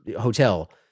hotel